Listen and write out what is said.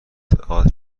تئاتر